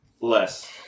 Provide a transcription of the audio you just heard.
Less